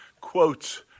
quotes